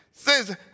Says